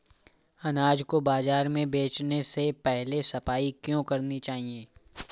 अनाज को बाजार में बेचने से पहले सफाई क्यो करानी चाहिए?